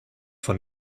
von